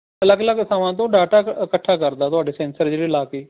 ਅਲੱਗ ਅਲੱਗ ਥਾਵਾਂ ਤੋਂ ਡਾਟਾ ਇ ਇਕੱਠਾ ਕਰਦਾ ਤੁਹਾਡੇ ਸੈਂਸਰ ਜਿਹੜੇ ਲਾ ਕੇ